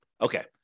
Okay